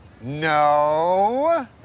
No